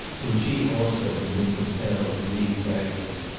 till she also had been compelled to leave bragton.